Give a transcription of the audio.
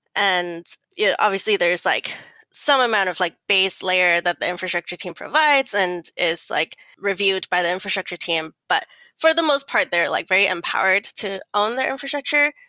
and yeah obviously, there is like some amount of like base layer that the infrastructure team provides and it's like reviewed by the infrastructure team. but for the most part, they're like very empowered to own their infrastructure.